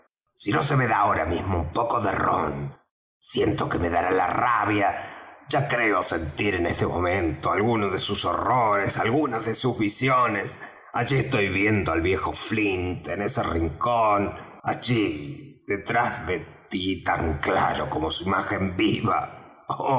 si no se me da ahora mismo un poco de rom siento que me dará la rabia ya creo sentir en este momento algunos de sus horrores algunas de sus visiones allí estoy viendo al viejo flint en ese rincón allí detrás de tí tan claro como su imagen viva